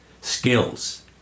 skills